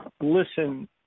listen